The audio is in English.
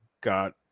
got